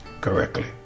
correctly